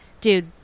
dude